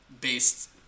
based